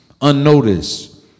unnoticed